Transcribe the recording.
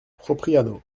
propriano